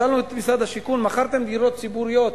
שאלנו את משרד השיכון: מכרתם דירות ציבוריות?